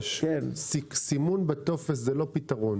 סימון בטופס זה לא פתרון.